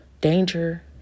danger